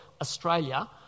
Australia